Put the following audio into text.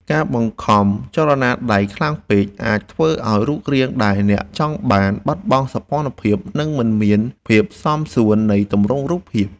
ការបង្ខំចលនាដៃខ្លាំងពេកអាចធ្វើឱ្យរូបរាងដែលអ្នកចង់បានបាត់បង់សោភ័ណភាព និងមិនមានភាពសមសួននៃទម្រង់រូបភាព។